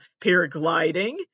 paragliding